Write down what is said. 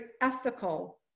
ethical